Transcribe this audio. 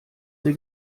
sie